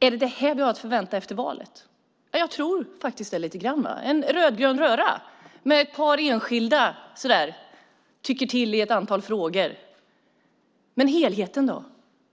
Är det detta vi har att förvänta oss efter valet? Jag tror faktiskt det lite grann. Det blir en rödgrön röra med ett par enskilda som tycker till i ett antal frågor. Men helheten då?